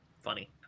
funny